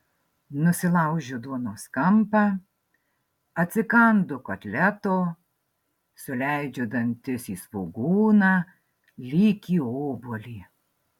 nusilaužiu duonos kampą atsikandu kotleto suleidžiu dantis į svogūną lyg į obuolį